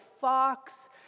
fox